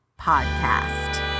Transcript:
podcast